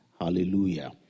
Hallelujah